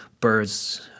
birds